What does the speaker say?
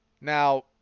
Now